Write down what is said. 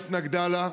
והממשלה התנגדה לה.